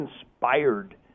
inspired